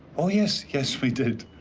oh, yes. yes, we did.